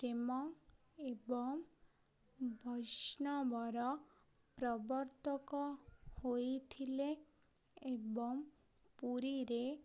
ପ୍ରେମ ଏବଂ ବୈଷ୍ଣବର ପ୍ରବର୍ତ୍ତକ ହୋଇଥିଲେ ଏବଂ ପୁରୀରେ